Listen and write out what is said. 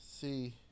see